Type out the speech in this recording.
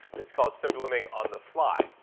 it's called simply ming on the fly,